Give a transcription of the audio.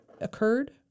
occurred